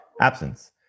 absence